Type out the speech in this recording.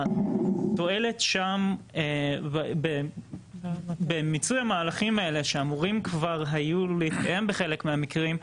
התועלת שם במיצוי המהלכים האלה שאמורים כבר היו להתקיים בחלק מהמקרים,